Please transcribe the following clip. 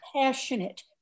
passionate